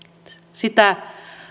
sitä